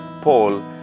Paul